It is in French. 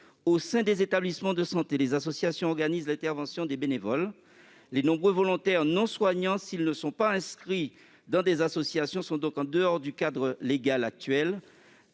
Au sein des établissements de santé, les associations organisent l'intervention des bénévoles. Les nombreux volontaires non soignants, s'ils ne sont pas inscrits dans des associations, sont donc en dehors du cadre légal.